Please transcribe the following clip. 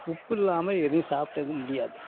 உப்பில்லாமல் எதையும் சாப்டவும் முடியாது